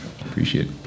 Appreciate